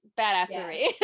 badassery